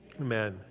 Amen